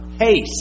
haste